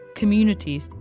communities,